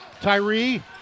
Tyree